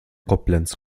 koblenz